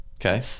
Okay